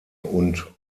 und